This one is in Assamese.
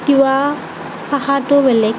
তিৱা ভাষাটো বেলেগ